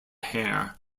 hair